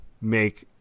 make